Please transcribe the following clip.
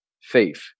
faith